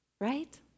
Right